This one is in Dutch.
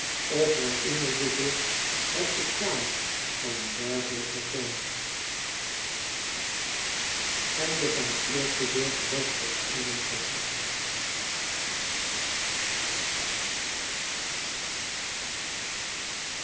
of herinnerde zich het bestaan van een dergelijke persoon